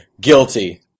Guilty